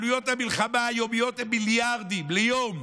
עלויות המלחמה היומיות הן מיליארדים ליום.